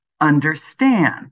understand